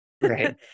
Right